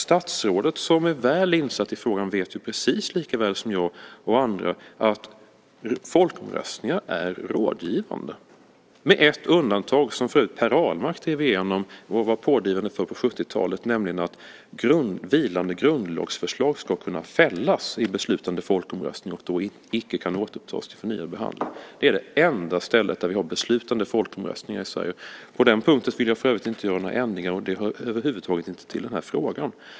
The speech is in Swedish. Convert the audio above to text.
Statsrådet är väl insatt i frågan och vet precis likaväl som jag och andra att folkomröstningar är rådgivande - med ett undantag, som för övrigt Per Ahlmark drev igenom på 70-talet. Det gällde att vilande grundlagsförslag ska kunna fällas i beslutande folkomröstning och kan då icke återupptas till förnyad behandling. Det är den enda punkten där vi har beslutande folkomröstningar i Sverige. På den punkten vill jag för övrigt inte göra några ändringar, och den hör över huvud taget inte till den här frågan.